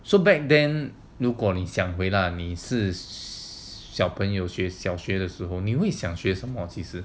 so back then 如果你想回 lah 你是小朋友学小学的时候你想学什么其实